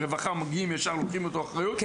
ורווחה מגיעה וישר לוקחים את האחריות" --- לא.